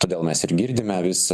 todėl mes ir girdime vis